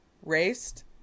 raced